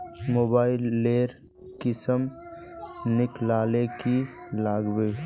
Mobile लेर किसम निकलाले की लागबे?